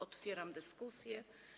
Otwieram dyskusję.